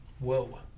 Whoa